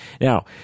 Now